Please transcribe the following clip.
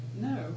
No